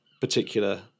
particular